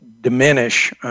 diminish